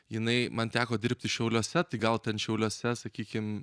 jinai man teko dirbti šiauliuose tai gal ten šiauliuose sakykim